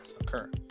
occur